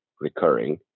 recurring